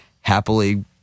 happily